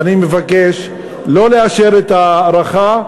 ואני מבקש לא לאשר את ההארכה,